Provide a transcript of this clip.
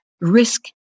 risk